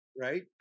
right